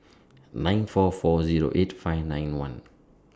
nine four four Zero eight five nine one